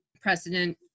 precedent